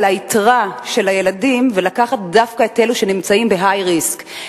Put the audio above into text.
היתרה של הילדים ולקחת דווקא את אלו שנמצאים ב-high risk,